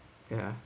ya